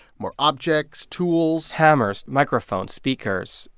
more objects, tools hammers, microphones, speakers